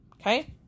Okay